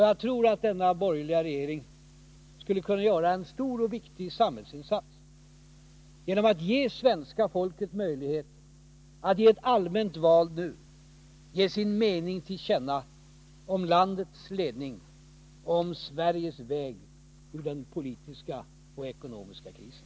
Jag tror att denna borgerliga regering skulle kunna göra en stor och viktig samhällsinsats genom att bereda svenska folket möjlighet att i ett allmänt val nu ge sin mening till känna om landets ledning och om Sveriges väg ur den politiska och ekonomiska krisen.